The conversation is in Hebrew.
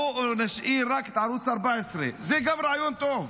בואו נשאיר רק את ערוץ 14. זה רעיון טוב.